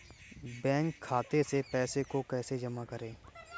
Bank खाते से पैसे को कैसे जमा करें?